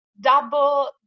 Double